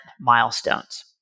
milestones